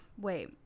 Wait